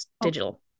digital